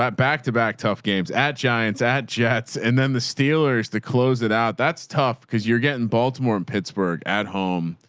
back-to-back tough games at giants at jets. and then the steelers, the close it out. that's tough. cause you're getting baltimore and pittsburgh at home.